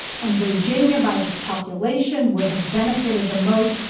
and virginia, by this calculation, would have benefited the most,